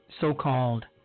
so-called